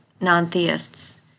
non-theists